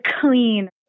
clean